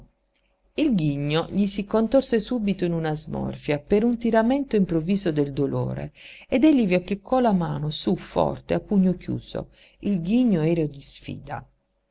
il ghigno gli si contorse subito in una smorfia per un tiramento improvviso del dolore ed egli vi applicò la mano sú forte a pugno chiuso il ghigno era di sfida